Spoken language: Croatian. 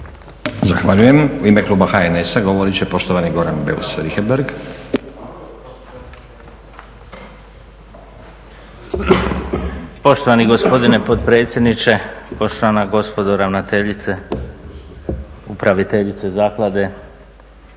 Zahvaljujem. U ime kluba HNS-a govorit će poštovani Goran Beus Richembergh. **Beus Richembergh, Goran (HNS)** Poštovani gospodine potpredsjedniče, poštovana gospodo ravnateljice, upraviteljice zaklade,